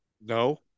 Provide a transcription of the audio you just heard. No